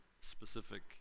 specific